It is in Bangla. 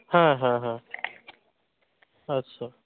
হ্যাঁ হ্যাঁ হ্যাঁ আচ্ছা